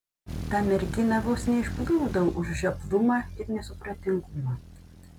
tą merginą vos neišplūdau už žioplumą ir nesupratingumą